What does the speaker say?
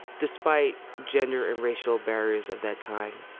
despite gender and racial barriers of that time.